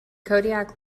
kodiak